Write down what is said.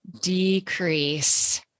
decrease